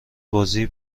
بازی